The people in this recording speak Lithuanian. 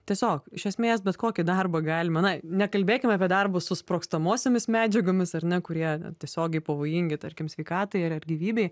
tiesiog iš esmės bet kokį darbą galima na nekalbėkim apie darbus su sprogstamosiomis medžiagomis ar ne kurie tiesiogiai pavojingi tarkim sveikatai ar ir gyvybei